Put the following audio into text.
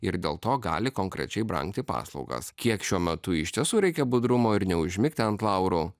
ir dėl to gali konkrečiai brangti paslaugos kiek šiuo metu iš tiesų reikia budrumo ir neužmigti ant laurų